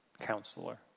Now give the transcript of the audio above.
counselor